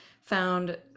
found